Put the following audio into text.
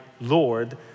Lord